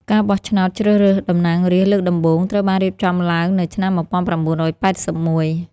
ការបោះឆ្នោតជ្រើសរើសតំណាងរាស្ត្រលើកដំបូងត្រូវបានរៀបចំឡើងនៅឆ្នាំ ១៩៨១។